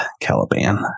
Caliban